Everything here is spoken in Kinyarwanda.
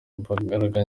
imbaraga